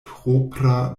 propra